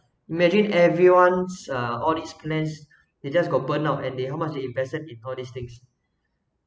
imagine everyone's uh all these plans it just got burned out and they how much to invested in all these things